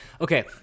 Okay